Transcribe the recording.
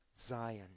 Zion